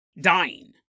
dying